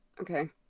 Okay